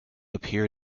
appear